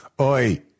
Oi